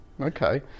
Okay